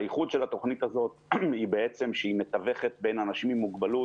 הייחוד של התוכנית הזאת שהיא מתווכת בין אנשים עם מוגבלות